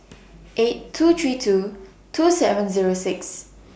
eight two three two two seven Zero six